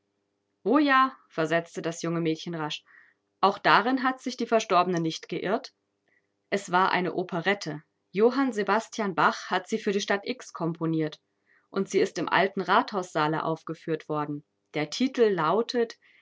o ja versetzte das junge mädchen rasch auch darin hat sich die verstorbene nicht geirrt es war eine operette johann sebastian bach hat sie für die stadt x komponiert und sie ist im alten rathaussaale aufgeführt worden der titel lautet